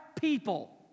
people